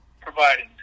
Providing